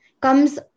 comes